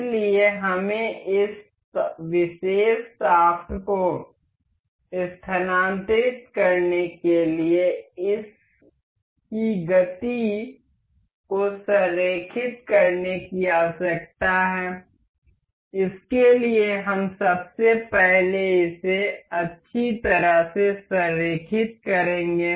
इसलिए हमें इस विशेष शाफ्ट को स्थानांतरित करने के लिए इस की गति को संरेखित करने की आवश्यकता है इसके लिए हम सबसे पहले इसे अच्छी तरह से संरेखित करेंगे